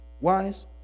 wise